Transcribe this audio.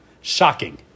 shocking